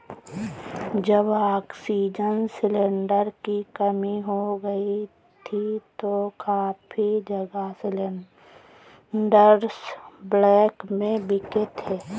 जब oxygen cylinder की कमी हो गई थी तो काफी जगह सिलेंडरस ब्लैक में बिके थे